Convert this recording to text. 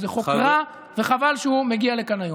וזה חוק רע, וחבל שהוא מגיע לכאן היום.